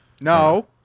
No